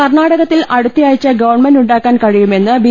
കർണാടകത്തിൽ അടുത്തയാഴ്ച ഗവൺമെന്റ് ഉണ്ടാക്കാൻ കഴിയുമെന്ന് ബി